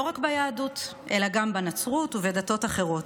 רק ביהדות אלא גם בנצרות ובדתות אחרות,